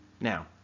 Now